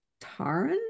taran